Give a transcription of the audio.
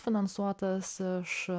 finansuotas iš